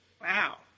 Wow